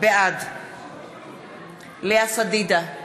בעד לאה פדידה,